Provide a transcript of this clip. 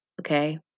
okay